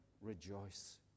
rejoice